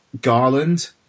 Garland